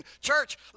church